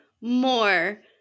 more